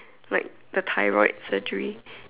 like the thyroid surgery